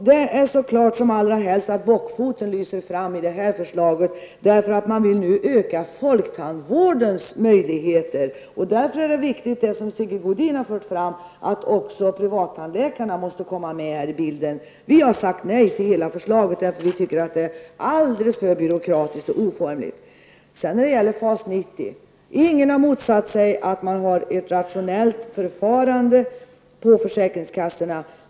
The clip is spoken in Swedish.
Det är så klart som allra helst att bockfoten sticker fram i det här förslaget, för man vill nu öka folktandvårdens möjligheter. Jag tror att det är viktigt, som Sigge Godin har anfört, att också privattandläkarna här kommer med i bilden. Vi har sagt nej till hela förslaget, för vi tycker att det är alldeles för byråkratiskt och oformligt. När det gäller FAS 90 har ingen motsatt sig att man har ett rationellt förfarande på försäkringskassorna.